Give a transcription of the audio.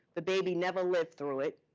the baby never lived through it.